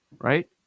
right